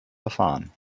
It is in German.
verfahren